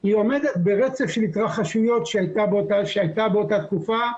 עומדת ברצף של התרחשויות שהייתה באותה תקופה,